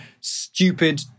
stupid